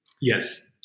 Yes